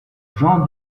jean